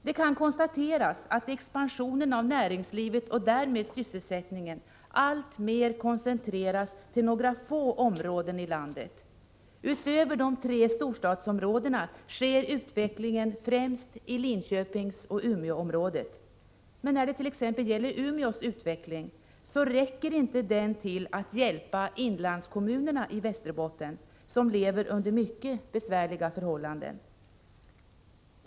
Det kan konstateras att expansionen av näringslivet, och således även av sysselsättningen, alltmer koncentreras till några få områden i landet. Förutom de tre storstadsregionena har främst Linköpingsoch Umeåområdena en gynnsam utveckling. Men i t.ex. Umeåområdet är det inte tillräckligt att bara hänvisa till utvecklingen där när det gäller att hjälpa inlandskommunerna i Västerbotten, som har mycket besvärliga förhållanden.